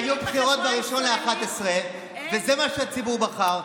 תגידי להם שהיו בחירות ב-1 בנובמבר וזה מה שהציבור בחר.